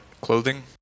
clothing